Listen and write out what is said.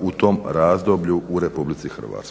u tom razdoblju u RH. Pa imamo